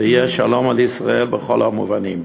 ויהיה שלום על ישראל בכל המובנים.